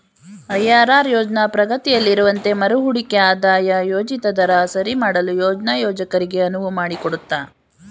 IRR ಯೋಜ್ನ ಪ್ರಗತಿಯಲ್ಲಿರುವಂತೆ ಮರುಹೂಡಿಕೆ ಆದಾಯ ಯೋಜಿತ ದರ ಸರಿಮಾಡಲು ಯೋಜ್ನ ಯೋಜಕರಿಗೆ ಅನುವು ಮಾಡಿಕೊಡುತ್ತೆ